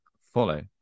follow